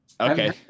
Okay